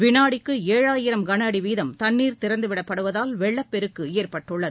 விண்டிக்கு ஏழாயிரம் கனஅடி வீதம் தண்ணீர் திறந்துவிடப்படுவதால் வெள்ளப்பெருக்கு ஏற்பட்டுள்ளது